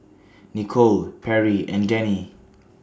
Nikole Perri and Dennie